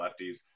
lefties